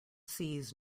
sees